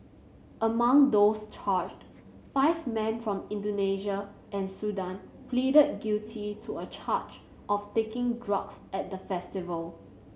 among those charged five men from Indonesia and Sudan pleaded guilty to a charge of taking drugs at the festival